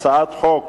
שהצעת חוק